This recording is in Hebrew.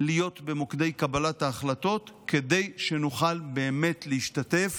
להיות במוקדי קבלת ההחלטות, כדי שנוכל באמת להשתתף